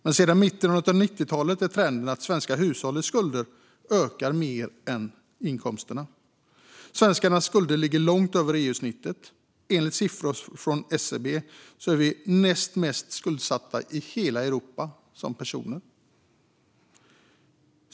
Men sedan mitten av 90-talet är trenden att de svenska hushållens skulder har ökat mer än inkomsterna. Svenskarnas skulder ligger långt över EU-snittet. Enligt siffror från SCB är vi som personer de näst mest skuldsatta i hela Europa.